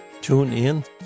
TuneIn